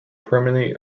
permanently